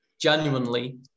genuinely